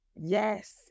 yes